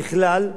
ככלל,